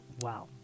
wow